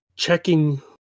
checking